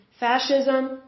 Fascism